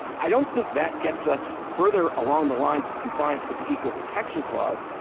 i don't think that gets us further along the lines of compliance with the equal protection clause.